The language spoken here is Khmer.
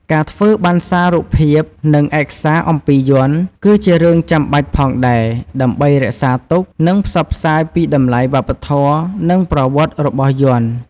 ការធ្វើបណ្ណសាររូបភាព និងឯកសារអំពីយ័ន្ត ក៏ជារឿងចាំបាច់ផងដែរ ដើម្បីរក្សាទុក និងផ្សព្វផ្សាយពីតម្លៃវប្បធម៌ និងប្រវត្តិរបស់យ័ន្ត។